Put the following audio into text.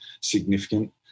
significant